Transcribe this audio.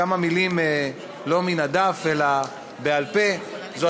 כמה מילים לא מן הדף אלא בעל-פה: זו